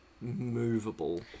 movable